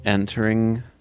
Entering